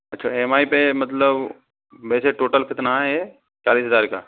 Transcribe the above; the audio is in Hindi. अच्छा एम आई पे मतलब वैसे टोटल कितना है चालिस हजार का